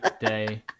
day